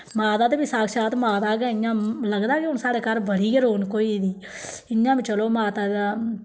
माता ते फ्ही साक्षात माता गै इ'यां लगदा कि हून साढ़े घर बड़ी गै रौनक होई दी इ'यां ते चलो माता दा